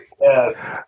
yes